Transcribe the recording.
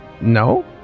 No